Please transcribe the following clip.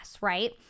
right